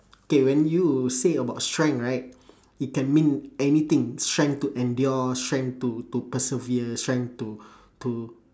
okay when you say about strength right it can mean anything strength to endure strength to to persevere strength to to